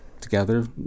Together